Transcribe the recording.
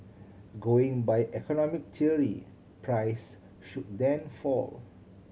going by economic theory price should then fall